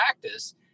practice